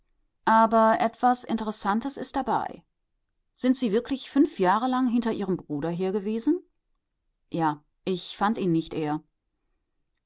aber etwas interessantes ist dabei sind sie wirklich fünf jahre lang hinter ihrem bruder her gewesen ja ich fand ihn nicht eher